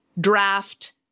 draft